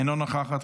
אינה נוכחת,